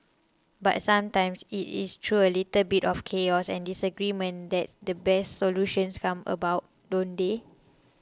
but sometimes it is through a little bit of chaos and disagreement that the best solutions come about don't they